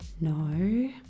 No